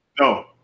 No